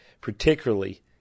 particularly